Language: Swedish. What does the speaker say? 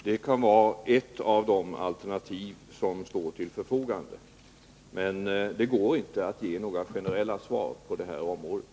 Herr talman! Det kan vara ett av de alternativ som står till förfogande, men det går inte att ge några generella svar på det här området.